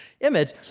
image